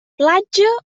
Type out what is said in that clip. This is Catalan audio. platja